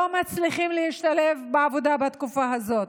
לא מצליחים להשתלב בעבודה בתקופה הזאת.